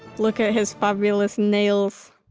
look at his fabulous nails.